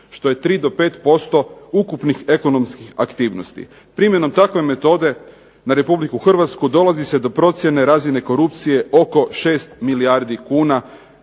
Što je 3 do 5% ukupnih ekonomskih aktivnosti. Primjenom takve metode na RH dolazi se do procjene razine korupcije oko 6 milijardi kuna